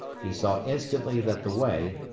he saw instantly that the way,